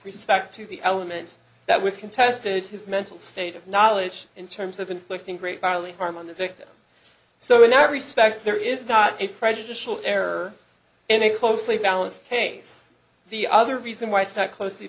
respect to the elements that was contested his mental state of knowledge in terms of inflicting great bodily harm on the victim so in that respect there is not a prejudicial error and a closely balanced case the other reason why stock close